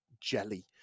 jelly